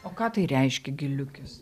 o ką tai reiškia giliukis